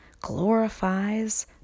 glorifies